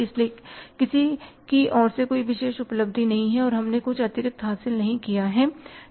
इसलिए किसी की ओर से कोई विशेष उपलब्धि नहीं है और हमने कुछ अतिरिक्त हासिल नहीं किया है